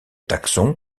taxon